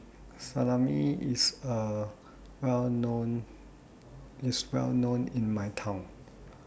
Salami IS Well known in My Hometown